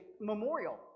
memorial